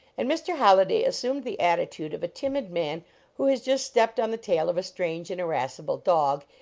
and mr. holliday assumed the attitude of a timid man who has just stepped on the tail of a strange and irascible dog,